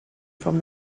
from